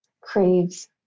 Craves